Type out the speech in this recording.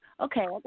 Okay